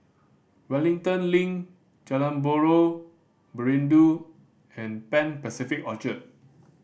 Wellington Link Jalan Buloh Perindu and Pan Pacific Orchard